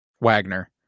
Wagner